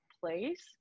place